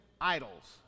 idols